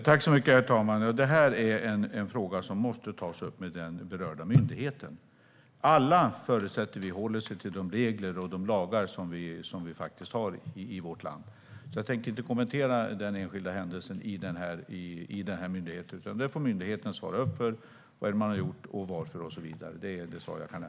Herr talman! Detta är en fråga som måste tas upp med den berörda myndigheten. Vi förutsätter att alla håller sig till de regler och lagar som vi har i vårt land. Jag tänker inte kommentera den enskilda händelsen i myndigheten, utan myndigheten får själv svara för vad man har gjort, varför och så vidare. Det är det svar jag kan ge.